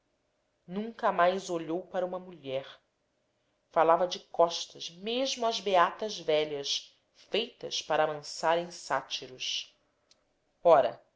nunca mais olhou para uma mulher falava de costas mesmo às beatas velhas feitas para amansarem sátiros profecias ora